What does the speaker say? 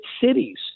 cities